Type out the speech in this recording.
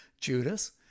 Judas